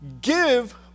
give